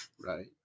Right